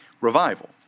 revival